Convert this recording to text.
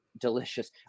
Delicious